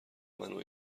منو